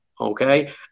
okay